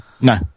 No